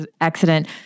accident